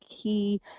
key